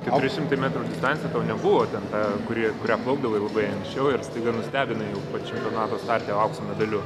keturi šimtai metrų distancija tau nebuvo ten ta kuri kuria plaukdavai labai anksčiau ir staiga nustebinai jau vat čempionato starte aukso medaliu